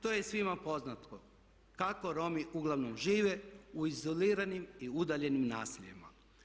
To je svima poznato kako Romi uglavnom žive u izoliranim i udaljenim naseljima.